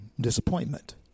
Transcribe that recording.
disappointment